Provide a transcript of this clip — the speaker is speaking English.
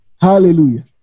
Hallelujah